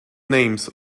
names